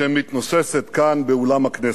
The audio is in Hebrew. שמתנוססת כאן באולם הכנסת.